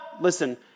listen